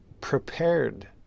prepared